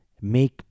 make